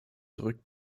zurück